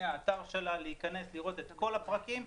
תוכלו להיכנס ולראות את כל הפרקים.